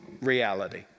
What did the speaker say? reality